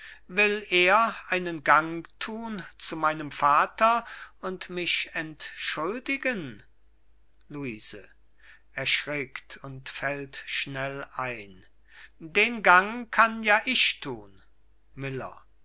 gehn will er einen gang thun zu meinem vater und mich entschuldigen luise erschrickt und fällt schnell ein den gang kann ja ich thun miller